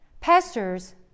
Pastors